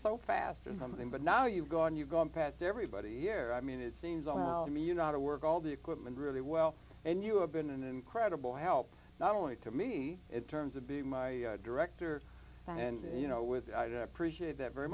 so fast and something but now you've gone you've gone past everybody here i mean it seems on now to me you know how to work all the equipment really well and you have been an incredible help not only to me in terms of be my director and you know with i'd appreciate that very